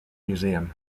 museum